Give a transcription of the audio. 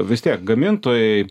vis tiek gamintojai